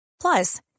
Plus